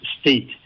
state